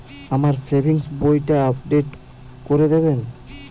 আমার সেভিংস বইটা আপডেট করে দেবেন?